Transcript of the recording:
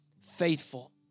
faithful